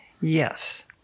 yes